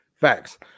facts